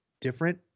different